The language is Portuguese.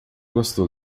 gostou